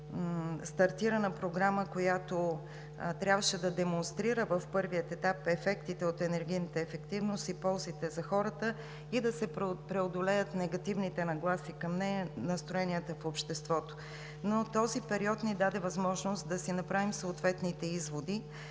стартирана програма, която трябваше да демонстрира в първия етап ефектите от енергийната ефективност и ползите за хората, да се преодолеят негативните нагласи към нея, настроенията в обществото, но този период ни даде възможност да си направим съответните изводи.